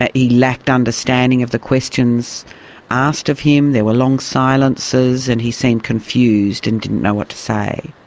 ah he lacked understanding of the questions asked of him, there were long silences, and he seemed confused and didn't know what to say.